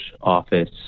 Office